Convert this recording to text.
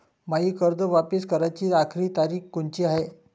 मायी कर्ज वापिस कराची आखरी तारीख कोनची हाय?